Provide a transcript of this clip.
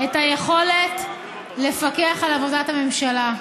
את היכולת לפקח על עבודת הממשלה.